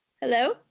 Hello